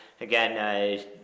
Again